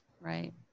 Right